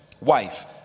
Wife